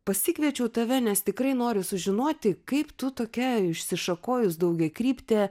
pasikviečiau tave nes tikrai noriu sužinoti kaip tu tokia išsišakojus daugiakryptė